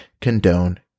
condone